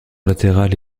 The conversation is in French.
latérales